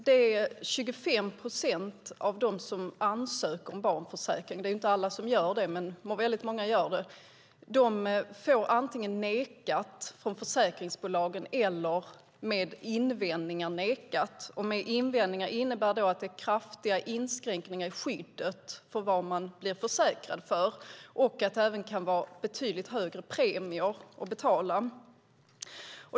Det är inte alla som ansöker om barnförsäkring, även om det är väldigt många. Men 25 procent av dem som ansöker får antingen nekat från försäkringsbolagen eller med invändningar nekat. Invändning innebär att det är kraftiga inskränkningar i skyddet, vad barnet blir försäkrat mot, och att det även kan vara betydligt högre premier att betala.